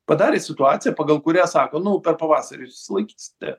padarė situaciją pagal kurią sako nu per pavasarį išsilaikysite